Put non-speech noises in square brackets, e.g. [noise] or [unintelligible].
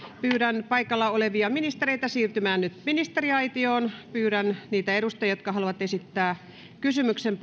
pyydän paikalla olevia ministereitä siirtymään ministeriaitioon pyydän niitä edustajia jotka haluavat esittää kysymyksen [unintelligible]